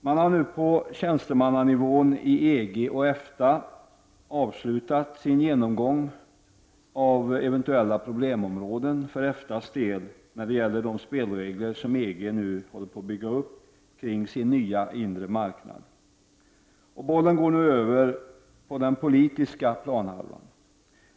Man har på tjänstemannanivå i EG och EFTA avslutat sin genomgång av eventuella problemområden för EFTA:s del när det gäller de spelregler som EG håller på att bygga upp kring sin nya inre marknad. Bollen går nu över på den politiska planhalvan.